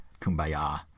kumbaya